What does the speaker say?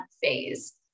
phase